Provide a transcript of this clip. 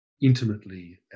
intimately